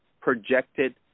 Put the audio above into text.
projected